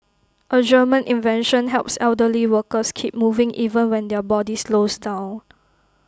A German invention helps elderly workers keep moving even when their body slows down